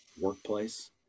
Workplace